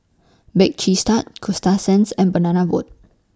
Bake Cheese Tart Coasta Sands and Banana Boat